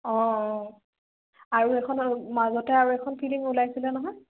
অঁ অঁ আৰু এখন মা মাজতে আৰু এখন ফিল্ম ওলাইছিলে নহয়